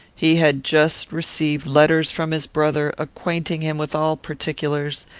he had just received letters from his brother, acquainting him with all particulars,